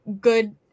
good